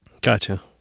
Gotcha